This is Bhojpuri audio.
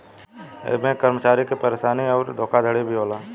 ऐमे कर्मचारी के परेशानी अउर धोखाधड़ी भी होला